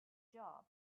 job